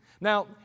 Now